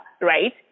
right